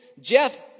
Jeff